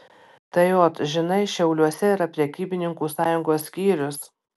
tai ot žinai šiauliuose yra prekybininkų sąjungos skyrius